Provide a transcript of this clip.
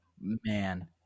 man